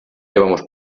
llevamos